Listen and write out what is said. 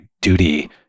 duty